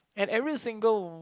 and every single w~